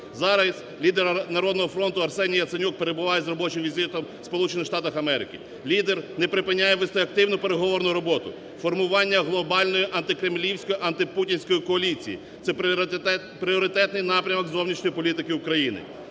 Зараз лідер "Народного фронту" Арсеній Яценюк перебуває з робочим візитом в Сполучних Штатах Америки. Лідер не припиняє вести активно переговорну роботу – формування глобальної антикремлівської, антипутінської коаліції, це пріоритетний напрямок зовнішньої політики України.